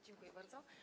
Dziękuję bardzo.